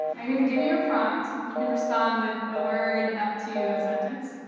i'm going to give you you a prompt you can respond with a word up to a sentence.